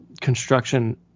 construction